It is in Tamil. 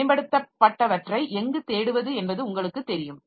மேம்படுத்தப்பட்டவற்றை எங்கு தேடுவது என்பது உங்களுக்குத் தெரியும்